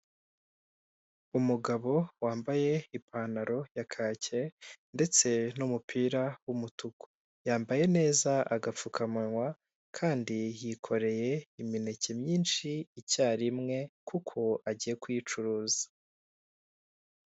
Umugabo wambaye ipantaro ya kake ndetse n'umupira w'umutuku. Yambaye neza agapfukamuwa kandi yikoreye imineke myinshi icyarimwe kuko agiye kuyicuruza.